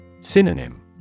Synonym